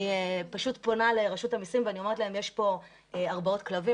אני פשוט פונה לרשות המסים ואני אומרת להם 'יש פה הרבעות כלבים,